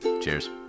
Cheers